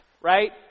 right